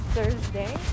Thursday